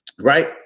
right